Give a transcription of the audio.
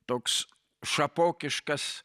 toks šapokiškas